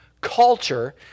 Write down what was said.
culture